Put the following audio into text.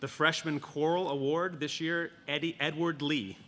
the freshman choral award this year eddie edward lee